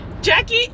Jackie